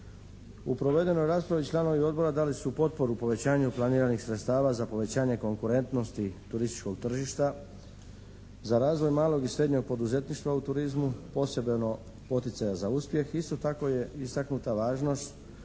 U provedenoj raspravi članovi odbora dali su potporu povećanju planiranih sredstava za povećanje konkurentnosti turističkog tržišta. Za razvoj malog i srednjeg poduzetništva u turizmu posebeno poticaja za uspjeh isto tako je istaknuta važnost